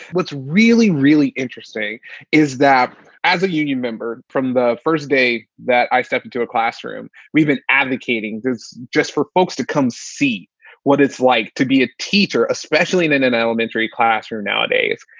what's really, really interesting is that as a union member from the first day that i stepped into a classroom, we've been advocating this just for folks to come see what it's like to be a teacher, especially in in an elementary classroom nowadays,